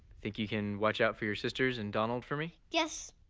think you can watch out for your sisters and donald for me? yes,